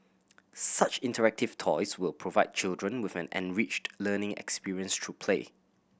such interactive toys will provide children with an enriched learning experience through play